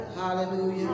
Hallelujah